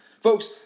Folks